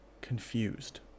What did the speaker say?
confused